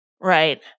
Right